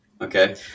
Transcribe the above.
okay